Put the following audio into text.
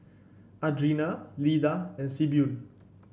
Adriana Leda and Sibyl